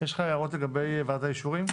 יש לך הערות לגבי ועדת האישורים?